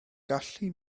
gallu